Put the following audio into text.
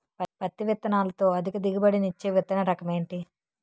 పత్తి విత్తనాలతో అధిక దిగుబడి నిచ్చే విత్తన రకం ఏంటి?